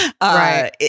Right